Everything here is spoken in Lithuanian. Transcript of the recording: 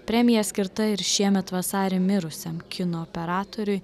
premija skirta ir šiemet vasarį mirusiam kino operatoriui